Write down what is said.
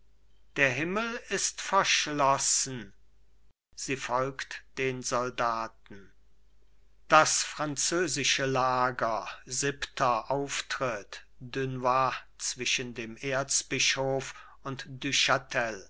der himmel ist verschlossen sie folgt den soldaten das französische lager siebenter auftritt dunois zwischen dem erzbischof und